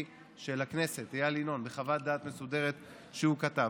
של הכנסת איל ינון בחוות דעת מסודרת שהוא כתב.